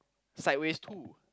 sideways too